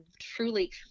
truly